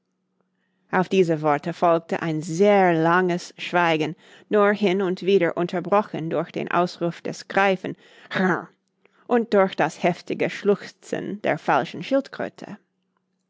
auf diese worte folgte ein sehr langes schweigen nur hin und wieder unterbrochen durch den ausruf des greifen hjckrrh und durch das heftige schluchzen der falschen schildkröte